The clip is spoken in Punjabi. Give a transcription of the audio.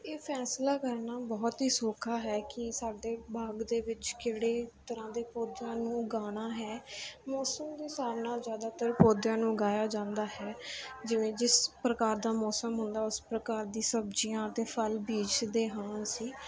ਇਹ ਫੈਸਲਾ ਕਰਨਾ ਬਹੁਤ ਹੀ ਸੌਖਾ ਹੈ ਕਿ ਸਾਡੇ ਬਾਗ ਦੇ ਵਿੱਚ ਕਿਹੜੇ ਤਰ੍ਹਾਂ ਦੇ ਪੌਦਿਆਂ ਨੂੰ ਉਗਾਉਣਾ ਹੈ ਮੌਸਮ ਦੇ ਹਿਸਾਬ ਨਾਲ ਜ਼ਿਆਦਾਤਰ ਪੌਦਿਆਂ ਨੂੰ ਉਗਾਇਆ ਜਾਂਦਾ ਹੈ ਜਿਵੇਂ ਜਿਸ ਪ੍ਰਕਾਰ ਦਾ ਮੌਸਮ ਹੁੰਦਾ ਉਸ ਪ੍ਰਕਾਰ ਦੀ ਸਬਜ਼ੀਆਂ ਅਤੇ ਫਲ ਬੀਜਦੇ ਹਾਂ ਅਸੀਂ